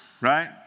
right